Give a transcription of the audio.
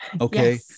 Okay